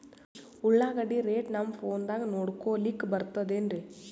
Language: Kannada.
ಉಳ್ಳಾಗಡ್ಡಿ ರೇಟ್ ನಮ್ ಫೋನದಾಗ ನೋಡಕೊಲಿಕ ಬರತದೆನ್ರಿ?